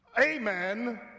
amen